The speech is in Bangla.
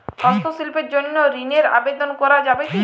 হস্তশিল্পের জন্য ঋনের আবেদন করা যাবে কি?